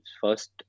first